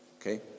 Okay